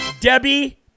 Debbie